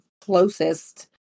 closest